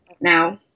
now